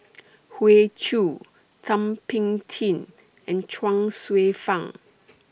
Hoey Choo Thum Ping Tjin and Chuang Hsueh Fang